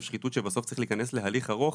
שחיתות שבסוף צריך להיכנס להליך ארוך